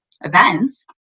events